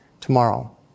tomorrow